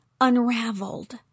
unraveled